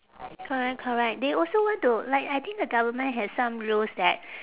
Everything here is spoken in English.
correct correct they also want to like I think the government has some rules that